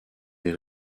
des